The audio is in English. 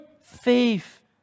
faith